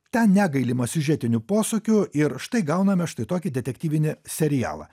ten negailima siužetinių posūkių ir štai gauname štai tokį detektyvinį serialą